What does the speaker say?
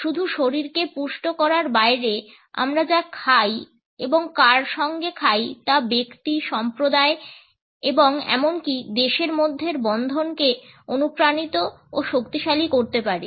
শুধু শরীরকে পুষ্ট করার বাইরে আমরা যা খাই এবং কার সঙ্গে খাই তা ব্যক্তি সম্প্রদায় এবং এমনকি দেশের মধ্যের বন্ধনকে অনুপ্রাণিত ও শক্তিশালী করতে পারে